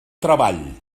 treball